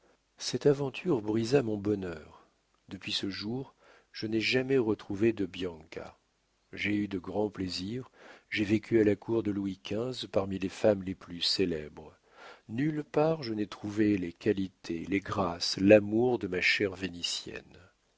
cette aventure brisa mon bonheur depuis ce jour je n'ai jamais retrouvé de bianca j'ai eu de grands plaisirs j'ai vécu à la cour de louis xv parmi les femmes les plus célèbres nulle part je n'ai trouvé les qualités les grâces l'amour de ma chère vénitienne